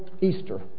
Easter